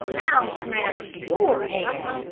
i'll smash your head.